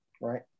right